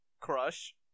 crush